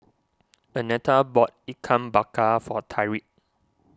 Arnetta bought Ikan Bakar for Tyriq